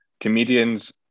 comedians